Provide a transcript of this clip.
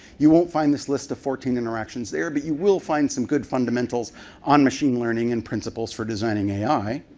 you won't find this list of fourteen interactions there, but you will find some good fundamentals on machine learning and principles for designing ai,